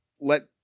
let